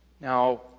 Now